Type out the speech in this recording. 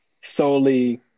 solely